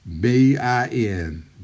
B-I-N